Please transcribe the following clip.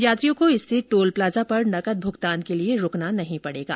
यात्रियों को इससे टोल प्लाजा पर नकद भुगतान के लिए रूकना नहीं पड़ेगा